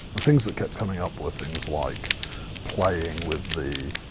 the things that kept coming up were things like playing with the